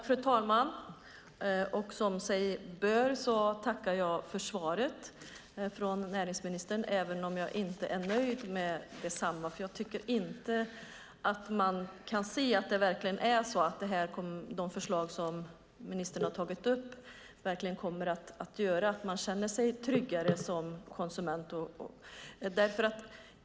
Fru talman! Jag tackar för svaret från näringsministern även om jag inte är nöjd med detsamma. Jag tycker inte att man kan se att de förslag som ministern har tagit upp verkligen kommer att göra att man känner sig tryggare som konsument.